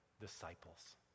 disciples